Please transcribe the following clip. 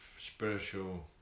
spiritual